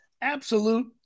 Absolute